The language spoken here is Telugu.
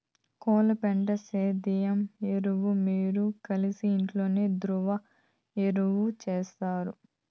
కోళ్ల పెండ సేంద్రియ ఎరువు మీరు కలిసి ఇంట్లోనే ద్రవ ఎరువు చేస్తారు